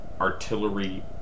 artillery